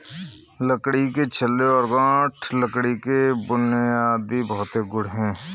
लकड़ी के छल्ले और गांठ लकड़ी के बुनियादी भौतिक गुण हैं